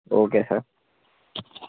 okay sir